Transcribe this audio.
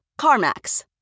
CarMax